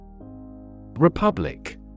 Republic